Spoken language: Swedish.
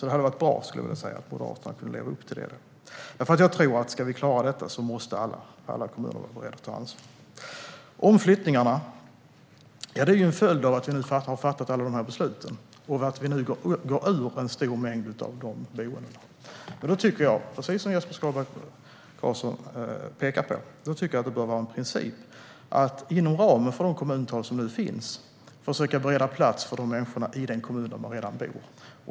Det vore bra om Moderaterna levde upp till sin del, för ska vi klara detta måste alla kommuner vara beredda att ta ansvar. Omflyttningarna är en följd av att vi har fattat alla dessa beslut och nu går ur en stor mängd boenden. Precis som Jesper Skalberg Karlsson pekar på bör det vara en princip att inom ramen för de kommuntal som finns försöka bereda plats för dessa människor i den kommun där de redan bor.